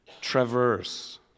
traverse